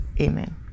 Amen